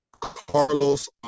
Carlos